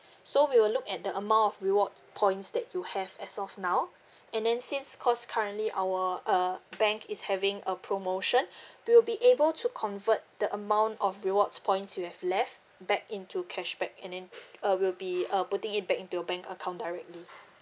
so we will look at the amount of reward points that you have as of now and then since because currently our uh bank is having a promotion we will be able to convert the amount of rewards points you have left back into cashback and then uh we'll be uh putting it back into your bank account directly